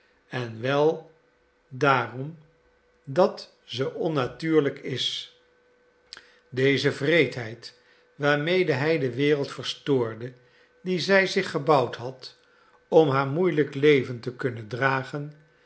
en wel daarom dat ze onnatuurlijk is deze wreedheid waarmede hij de wereld verstoorde die zij zich gebouwd had om haar moeielijk leven te kunnen dragen